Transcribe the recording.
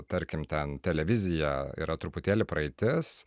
tarkim ten televizija yra truputėlį praeitis